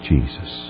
Jesus